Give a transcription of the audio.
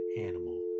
animal